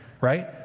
right